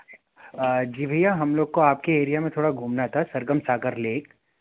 जी भैया हम लोग को आपके एरिया में थोड़ा घूमना था सरगम सागर लेक